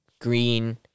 green